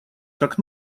как